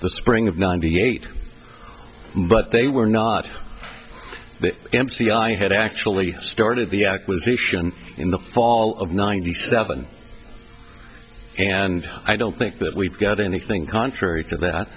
the spring of ninety eight but they were not the m c i had actually started the acquisition in the fall of ninety seven and i don't think that we've got anything contrary to that